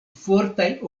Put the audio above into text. fortaj